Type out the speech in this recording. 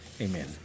Amen